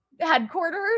Headquarters